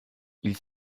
ils